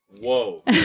Whoa